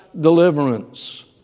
deliverance